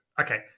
okay